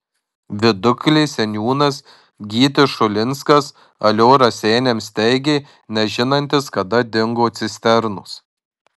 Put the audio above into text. viduklės seniūnas gytis šulinskas alio raseiniams teigė nežinantis kada dingo cisternos